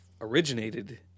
originated